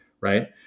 right